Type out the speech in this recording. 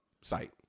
site